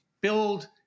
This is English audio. Build